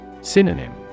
Synonym